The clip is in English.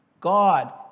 God